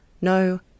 No